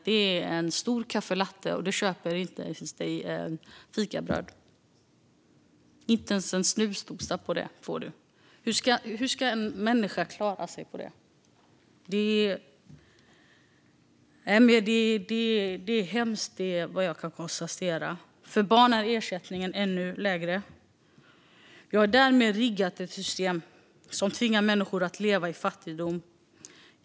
Det är en stor caffelatte, och då ingår inte ens fikabröd. Inte ens en snusdosa får du för det. Hur ska en människa klara sig på detta? Det är hemskt, kan jag konstatera. För barn är ersättningen ännu lägre. Vi har därmed riggat ett system som tvingar människor att leva i fattigdom.